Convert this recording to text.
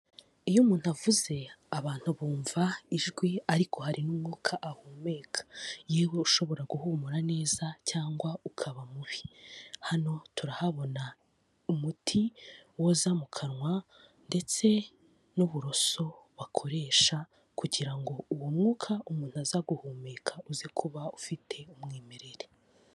Iyo umuntu avuze abantu bumva ijwi ariko hari n'umwuka ahumeka, yewe ushobora guhumura neza cyangwa ukaba mubi. Hano turahabona umuti woza mu kanwa ndetse n'uburoso bakoresha kugira ngo uwo mwuka umuntu aza guhumeka uze kuba ufite umwimerere.